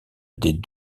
des